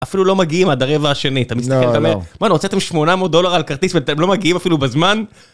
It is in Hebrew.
אפילו לא מגיעים עד הרבע השני, אתה מסתכל, אתה אומר, מה, נו, הוצאתם 800 דולר על כרטיס ואתם לא מגיעים אפילו בזמן?